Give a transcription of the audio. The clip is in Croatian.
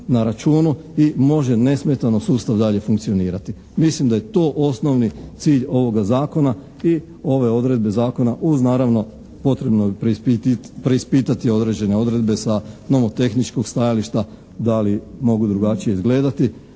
na računu i može nesmetano sustav dalje funkcionirati. Mislim da je to osnovni cilj ovoga zakona i ove odredbe zakona uz naravno potrebno je preispitati određene odredbe sa nomotehničkog stajališta da li mogu drugačije izgledati.